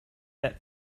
that